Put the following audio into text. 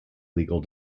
legal